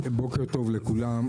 בוקר טוב לכולם.